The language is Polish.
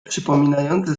przypominające